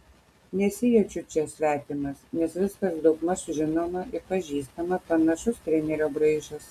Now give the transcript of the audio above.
nesijaučiu čia svetimas nes viskas daugmaž žinoma ir pažįstama panašus trenerio braižas